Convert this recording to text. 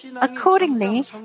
Accordingly